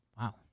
Wow